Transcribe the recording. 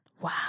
Wow